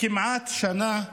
כמעט שנה וחצי.